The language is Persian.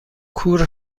کور